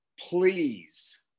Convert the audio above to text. please